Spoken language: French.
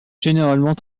généralement